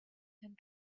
and